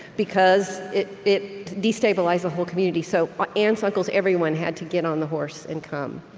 because it it destabilized the whole community. so ah aunts, uncles, everyone, had to get on the horse and come,